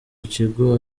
kigo